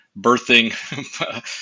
birthing